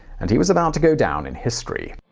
and he was about to go down in history.